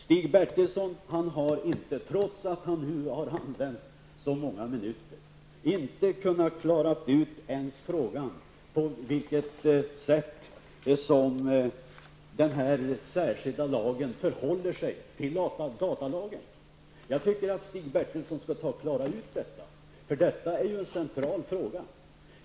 Stig Bertilsson har, trots att han har använt så många minuter, inte kunnat klara ut ens frågan om på vilket sätt som den här särskilda lagen förhåller sig till datalagen. Jag tycker att Stig Bertilsson skall klara ut detta, eftersom detta är en central fråga.